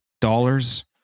Dollars